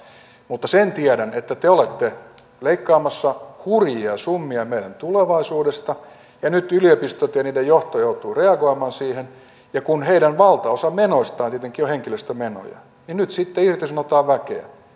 mutta sen tiedän että te te olette leikkaamassa hurjia summia meidän tulevaisuudesta ja nyt yliopistot ja niiden johto joutuvat reagoimaan siihen ja kun valtaosa heidän menoistaan tietenkin on henkilöstömenoja niin nyt sitten irtisanotaan väkeä